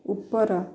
ଉପର